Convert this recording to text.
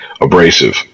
abrasive